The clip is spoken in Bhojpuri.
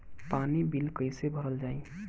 पानी बिल कइसे भरल जाई?